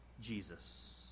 Jesus